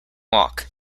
walk